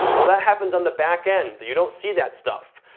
well that happens on the backend. you don't see that stuff.